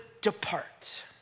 depart